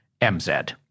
MZ